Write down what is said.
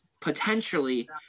potentially –